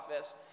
office